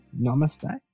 Namaste